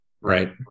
right